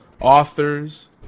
authors